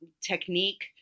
technique